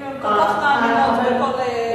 אם הן כל כך מאמינות בכל חוסר הצדק הזה.